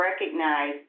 recognize